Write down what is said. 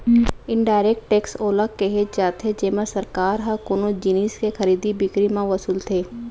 indirect tax ओला केहे जाथे जेमा सरकार ह कोनो जिनिस के खरीदी बिकरी म वसूलथे